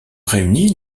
réunies